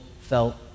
felt